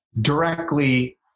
directly